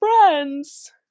friends